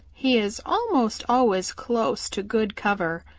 he is almost always close to good cover.